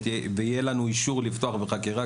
עם אישור מהפרקליטות לפתוח בחקירה,